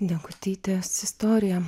degutytės istorija